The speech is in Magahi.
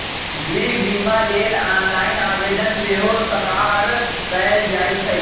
गृह बिमा लेल ऑनलाइन आवेदन सेहो सकार कएल जाइ छइ